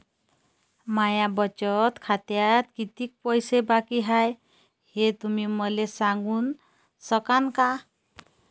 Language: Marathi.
माया बचत खात्यात कितीक पैसे बाकी हाय, हे तुम्ही मले सांगू सकानं का?